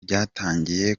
ryatangiye